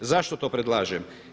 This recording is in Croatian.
Zašto to predlažem?